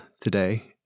today